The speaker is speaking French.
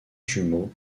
jumeau